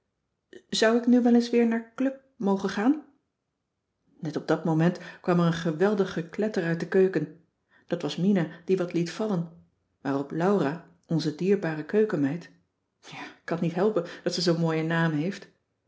zou ik nu wel eens weer naar club mogen gaan net op dat moment kwam er een geweldig gekletter uit de keuken dat was mina die wat liet vallen waarop laura onze dierbare keukenmeid ja ik kan t niet helpen dat ze zoo'n mooie naam heeft